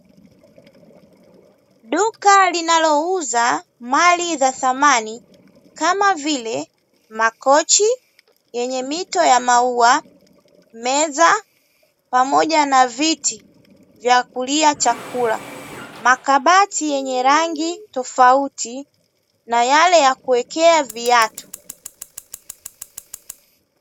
Duka linalouza mali za samani kama vile makochi yenye mito ya maua, meza pamoja na viti vya kulia chakula, makabati yenye rangi tofauti na yale ya kuwekea viatu.